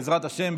בעזרת השם,